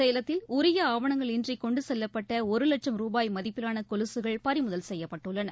சேலத்தில் உரிய ஆவணங்கள் இன்றி கொண்டுச்செல்லப்பட்ட ஒரு லட்சம் ரூபாய் மதிப்பிலான கொலுசுகள் பறிமுதல் செய்யப்பட்டுள்ளன